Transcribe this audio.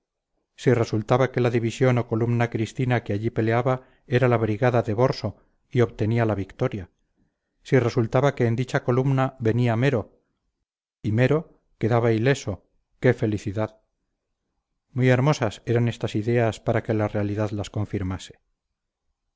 si resultaba que la división o columna cristina que allí peleaba era la brigada de borso y obtenía la victoria si resultaba que en dicha columna veníamero y mero quedaba ileso qué felicidad muy hermosas eran estas ideas para que la realidad las confirmase